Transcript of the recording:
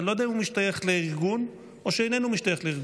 אני לא יודע אם הוא משתייך לארגון או שאיננו משתייך לארגון.